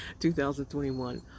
2021